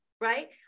right